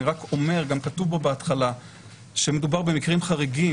אני רק אומר שגם כתוב בו בהתחלה שמדובר במקרים חריגים,